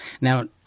Now